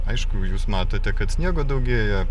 aišku jūs matote kad sniego daugėja